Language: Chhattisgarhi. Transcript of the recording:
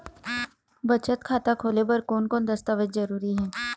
बचत खाता खोले बर कोन कोन दस्तावेज जरूरी हे?